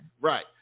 Right